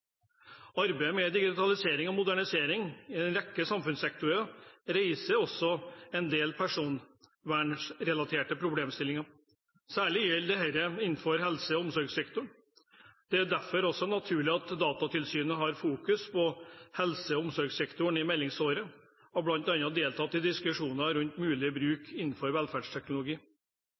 Arbeidet med digitalisering og modernisering i en rekke samfunnssektorer reiser også en del personvernrelaterte problemstillinger. Særlig gjelder dette innenfor helse- og omsorgssektoren. Det er derfor også naturlig at Datatilsynet har fokusert på helse- og omsorgssektoren i meldingsåret og bl.a. deltatt i diskusjoner rundt mulig bruk av velferdsteknologi.